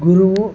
గురువు